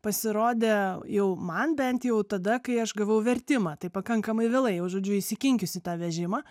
pasirodė jau man bent jau tada kai aš gavau vertimą tai pakankamai vėlai jau žodžiu įsikinkius į tą vežimą